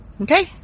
Okay